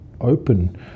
open